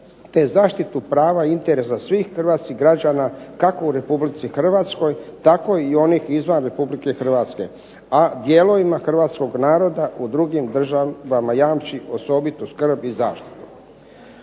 te zaštitu prava i interesa svih Hrvatskih građana kako u Republici Hrvatskoj, tako i onih izvan Republike Hrvatske, a dijelovima Hrvatskog naroda u drugim državama jamči osobitu skrb i zaštitu.